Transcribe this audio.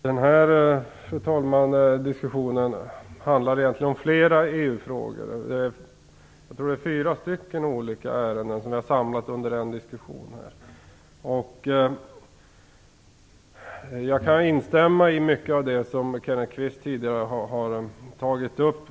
Fru talman! Den här diskussionen handlar egentligen om flera EU-frågor. Jag tror att det är fyra ärenden som vi har samlat under en diskussion här. Jag kan instämma i mycket av det som Kenneth Kvist tidigare har tagit upp.